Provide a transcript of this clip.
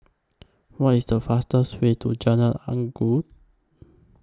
What IS The fastest Way to Jalan Inggu